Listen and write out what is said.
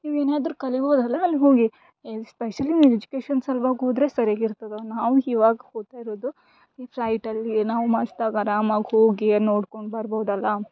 ನೀವೆನಾದರೂ ಕಲೀಬೋದಲ್ಲ ಅಲ್ಲಿ ಹೋಗಿ ಎಸ್ಪೆಷಲಿ ಎಜುಕೇಶನ್ ಸಲ್ವಾಗಿ ಹೋದರೆ ಸರಿಗಿರ್ತದೆ ನಾವು ಇವಾಗ್ ಹೋಗ್ತಾ ಇರೋದು ಈ ಫ್ಲೈಟಲ್ಲಿ ನಾವು ಮಸ್ತಾಗಿ ಆರಾಮಾಗಿ ಹೋಗಿ ನೋಡ್ಕೊಂಡ್ ಬರ್ಬೋದಲ್ಲ